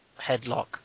headlock